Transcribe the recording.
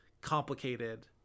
complicated